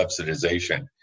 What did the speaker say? subsidization